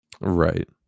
Right